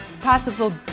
possible